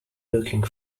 looking